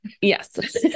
yes